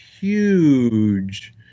huge